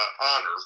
honor